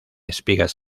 espigas